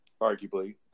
arguably